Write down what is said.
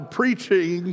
preaching